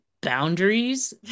boundaries